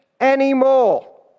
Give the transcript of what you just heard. anymore